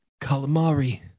Calamari